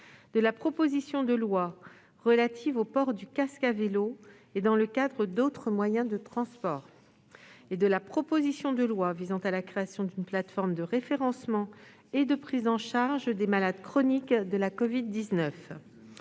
de la proposition de loi relative au port du casque à vélo et dans le cadre d'autres moyens de transport, ainsi que de la proposition de loi visant à la création d'une plateforme de référencement et de prise en charge des malades chroniques de la covid-19.